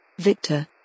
Victor